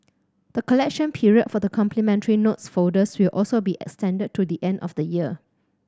the collection period for the complimentary notes folders will also be extended to the end of the year